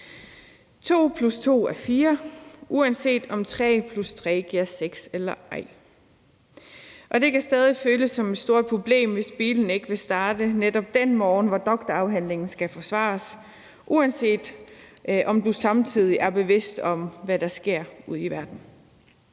To plus to er fire, uanset om tre plus tre giver seks eller ej. Det kan stadig føles som et stort problem, hvis bilen ikke vil starte netop den morgen, hvor doktorafhandlingen skal forsvares, uanset om du samtidig er bevidst om, hvad der sker ude i verden.